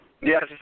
Yes